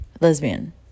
lesbian